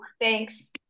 Thanks